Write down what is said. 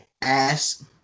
ass